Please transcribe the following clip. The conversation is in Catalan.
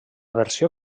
versió